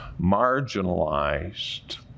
marginalized